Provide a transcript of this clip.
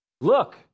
Look